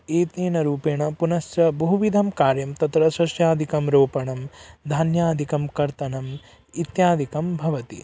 एतेन रूपेण पुनश्च बहुविधं कार्यं तत्र सस्यादिकं रोपणं धान्यादिकं कर्तनं इत्यादिकं भवति